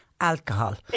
alcohol